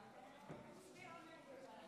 בבקשה.